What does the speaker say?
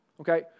Okay